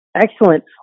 Excellent